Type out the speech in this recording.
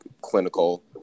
clinical